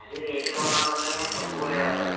మరి రేట్లుగా ఉన్నట్టున్నాయి తక్కువలో లేవా సార్